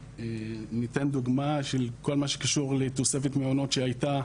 ניתן דוגמא של כל מה שקשור לתוספת מעונות שהייתה,